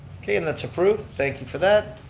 okay, and that's approved, thank you for that.